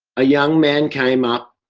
a young man came up,